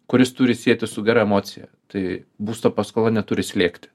kuris turi sietis su gera emocija tai būsto paskola neturi slėgti